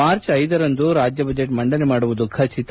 March ಐದರಂದು ರಾಜ್ಯ budget ಮಂಡನೆ ಮಾಡುವುದು ಖಚಿತ